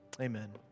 amen